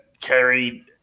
carried